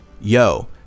Yo